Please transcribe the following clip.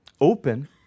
open